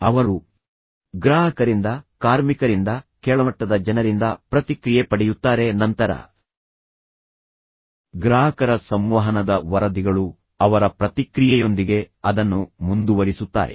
ಅವರು ಗ್ರಾಹಕರಿಂದ ಕಾರ್ಮಿಕರಿಂದ ಕೆಳಮಟ್ಟದ ಜನರಿಂದ ಪ್ರತಿಕ್ರಿಯೆ ಪಡೆಯುತ್ತಾರೆ ನಂತರ ಗ್ರಾಹಕರ ಸಂವಹನದ ವರದಿಗಳು ಅವರ ಪ್ರತಿಕ್ರಿಯೆಯೊಂದಿಗೆ ಅದನ್ನು ಮುಂದುವರಿಸುತ್ತಾರೆ